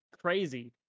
crazy